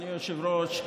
אדוני היושב-ראש,